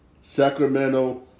Sacramento